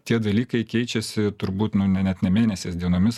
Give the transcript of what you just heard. tie dalykai keičiasi turbūt nu ne net ne mėnesiais dienomis